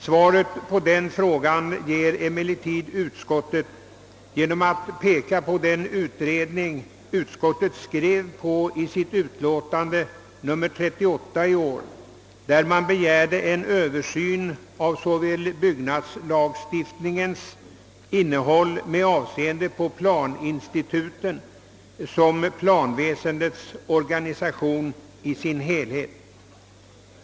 Svaret på frågan ges väl i den hänvisning till utskottets utlåtande nr 38 som ingår i skrivningen. I detta utlåtande begärdes en utredning för översyn av såväl byggnadslagstiftningens innehåll med avseende på de olika planinstituten som planväsendets organisation i dess helhet.